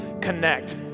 connect